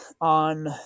on